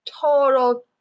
total